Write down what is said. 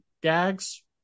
gags